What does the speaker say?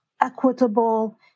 equitable